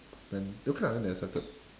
then okay lah then they accepted